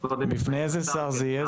בפני איזה שר זה יהיה?